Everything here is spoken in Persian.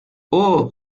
اوه